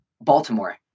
Baltimore